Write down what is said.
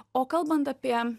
o kalbant apie